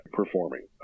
performing